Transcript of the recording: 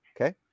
okay